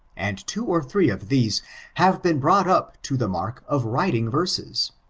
and two or three of these have been brought up to the mark of writing verses.